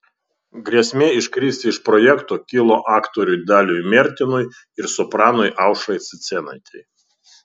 grėsmė iškristi iš projekto kilo aktoriui daliui mertinui ir sopranui aušrai cicėnaitei